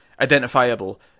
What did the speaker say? identifiable